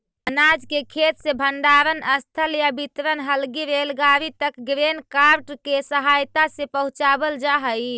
अनाज के खेत से भण्डारणस्थल या वितरण हलगी रेलगाड़ी तक ग्रेन कार्ट के सहायता से पहुँचावल जा हई